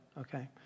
okay